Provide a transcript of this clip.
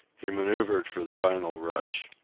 he manoeuvred for the final rush.